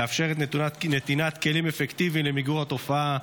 מאפשרת נתינת כלים אפקטיביים למיגור התופעה,